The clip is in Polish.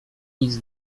nic